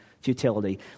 futility